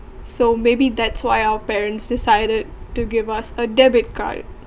so maybe that's why our parents decided to give us a debit card